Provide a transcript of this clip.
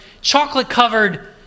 chocolate-covered